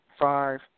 five